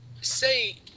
say